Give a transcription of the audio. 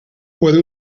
puede